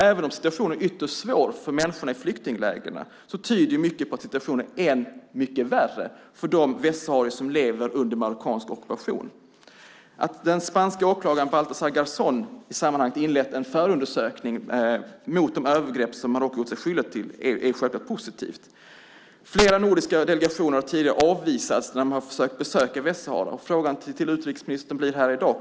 Även om situationen är ytterst svår för människorna i flyktinglägren tyder mycket på att situationen är ännu mycket värre för de västsaharier som lever under marockansk ockupation. Att den spanske åklagaren Baltazar Garcon har inlett en förundersökning mot de övergrepp som Marocko gjort sig skyldigt till är självklart positivt. Flera nordiska delegationer har tidigare avvisats när de har försökt besöka Västsahara.